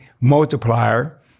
multiplier